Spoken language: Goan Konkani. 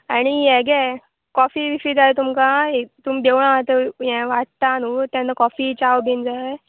आनी हे गे कॉफी बिफी जाय तुमकां तुमी देवळां आतां हें वाडटा न्हू तेन्ना कॉफी चाव बीन जाय